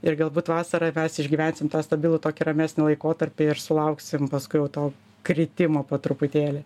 ir galbūt vasarą mes išgyvensim tą stabilų tokį ramesnį laikotarpį ir sulauksim paskui jau to kritimo po truputėlį